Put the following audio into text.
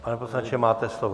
Pane poslanče, máte slovo.